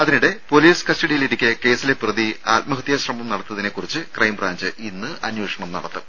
അതേസമയം പൊലീസ് കസ്റ്റഡിയിലിരിക്കെ കേസിലെ പ്രതി ആത്മഹത്യാ ശ്രമം നടത്തിയതിനെക്കുറിച്ച് ക്രൈബ്രാഞ്ച് ഇന്ന് അന്വേഷണം നടത്തും